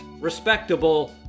Respectable